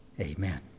Amen